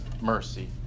mercy